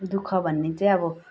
दुःख भन्ने चाहिँ अब